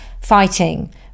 fighting